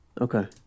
Okay